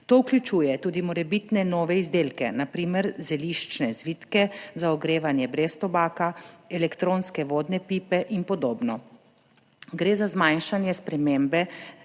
To vključuje tudi morebitne nove izdelke, na primer zeliščne zvitke za ogrevanje brez tobaka, elektronske vodne pipe in podobno. Gre za manjše spremembe,